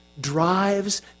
drives